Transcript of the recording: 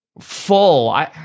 full